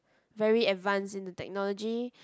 very advanced in the technology